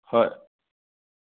হয়